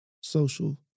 social